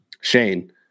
Shane